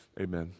amen